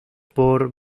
por